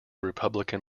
republican